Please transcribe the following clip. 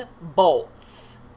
bolts